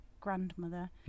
grandmother